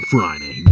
Friday